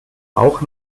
auch